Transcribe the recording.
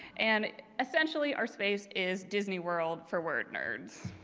and essentially, our space is disney world for weird nerds.